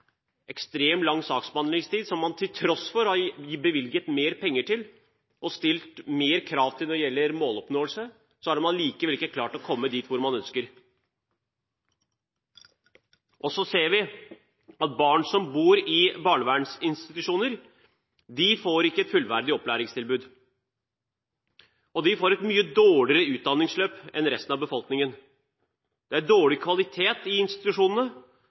lang saksbehandlingstid. Til tross for at man har bevilget mer penger og stilt større krav til måloppnåelse, har man likevel ikke klart å komme dit man ønsker. Så ser vi at barn som bor i barnevernsinstitusjoner ikke får et fullverdig opplæringstilbud. De får et mye dårligere utdanningsløp enn resten av befolkningen. Det er dårlig kvalitet i institusjonene,